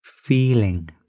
feeling